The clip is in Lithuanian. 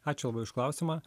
ačiū labai už klausimą